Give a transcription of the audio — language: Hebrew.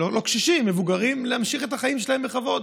לא קשישים, מבוגרים להמשיך את החיים שלהם בכבוד.